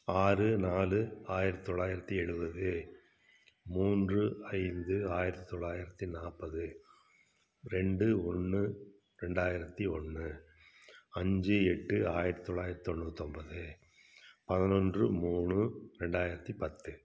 ஆறு நாலு ஆயிரத்தி தொள்ளாயிரத்தி எழுபது மூன்று ஐந்து ஆயிரத்தி தொள்ளாயிரத்தி நாற்பது ரெண்டு ஒன்று ரெண்டாயிரத்தி ஒன்று அஞ்சு எட்டு ஆயிரத்தி தொள்ளாயிரத்தி தொண்ணூத்தொம்போது பதினொன்று மூணு ரெண்டாயிரத்தி பத்து